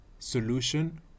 solution